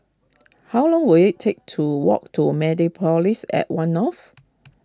how long will it take to walk to Mediapolis at one North